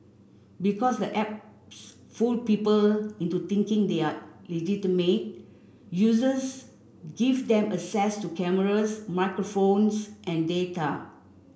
because the apps fool people into thinking they are legitimate users give them access to cameras microphones and data